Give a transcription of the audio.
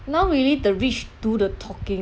now really the rich do the talking